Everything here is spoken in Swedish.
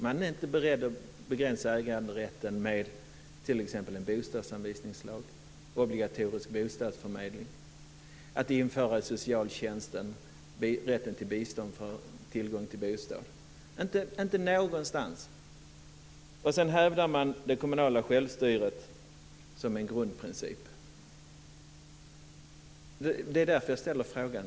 Man är inte beredd att begränsa äganderätten med en bostadsanvisningslag eller med obligatorisk bostadsförmedling eller genom att införa rätten till bistånd för bostad vad gäller socialtjänsten. Man hävdar det kommunala självstyret som en grundprincip. Det är därför jag ställer frågan.